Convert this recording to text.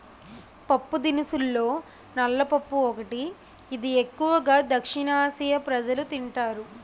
పప్పుదినుసుల్లో నల్ల పప్పు ఒకటి, ఇది ఎక్కువు గా దక్షిణఆసియా ప్రజలు తింటారు